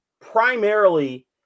primarily